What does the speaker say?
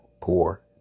poor